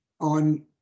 on